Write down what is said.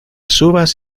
subas